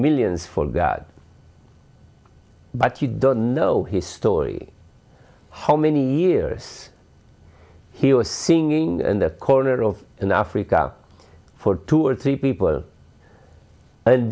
millions for god but you don't know his story how many years he was singing and the corner of an africa for two or three people and